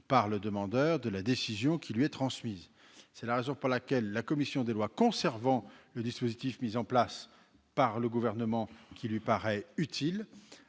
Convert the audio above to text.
la certitude de la réception par le demandeur. C'est la raison pour laquelle la commission des lois, conservant le dispositif mis en place par le Gouvernement, qui lui paraît utile,